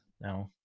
No